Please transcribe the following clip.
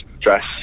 dress